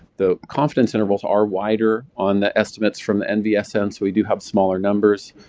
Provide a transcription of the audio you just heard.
the confidence intervals are wider on the estimates from the nvsn's, we do have smaller numbers.